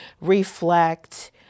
reflect